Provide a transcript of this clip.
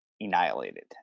annihilated